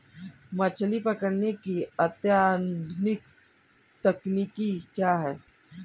मछली पकड़ने की अत्याधुनिक तकनीकी क्या है?